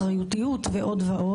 אחריותיות ועוד,